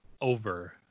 over